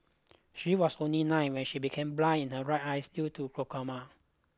she was only nine when she became blind in her right eyes due to glaucoma